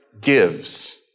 gives